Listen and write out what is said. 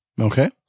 Okay